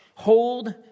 Hold